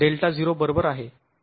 Δ0 बरोबर आहे